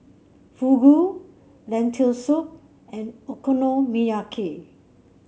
Fugu Lentil Soup and Okonomiyaki